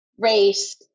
Race